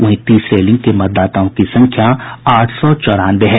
वहीं तीसरे लिंग के मतदाताओं की संख्या आठ सौ चौरानवे है